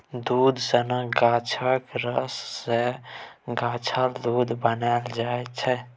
दुध सनक गाछक रस सँ गाछक दुध बनाएल जाइ छै